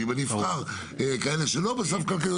ואם אני אבחר כאלה שלא בסף כלכליות,